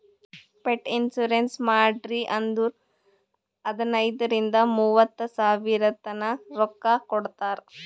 pet insurance ಮಾಡ್ರಿ ಅಂದುರ್ ಹದನೈದ್ ರಿಂದ ಮೂವತ್ತ ಸಾವಿರತನಾ ರೊಕ್ಕಾ ಕೊಡ್ತಾರ್